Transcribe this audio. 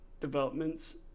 developments